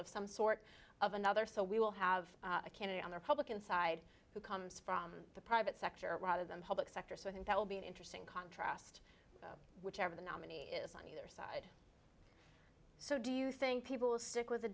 of some sort of another so we will have a candidate on the republican side who comes from the private sector rather than the public sector so i think that will be an interesting contrast whichever the nominee is on either side so do you think people will stick with a